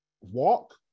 walk